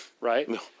right